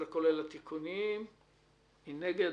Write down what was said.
רוב נגד,